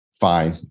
fine